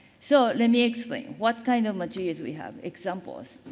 so, let me explain what kind of materials we have, examples.